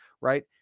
right